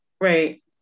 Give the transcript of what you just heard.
Right